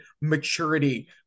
maturity